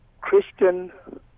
Christian